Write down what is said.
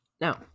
Now